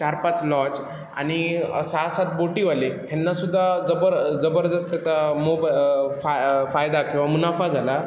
चार पाच लॉज आणि सहा सात बोटीवाले ह्यांनासुद्धा जबर जबरदस्तचा मोब फाय फायदा किंवा मुनाफा झाला